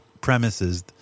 premises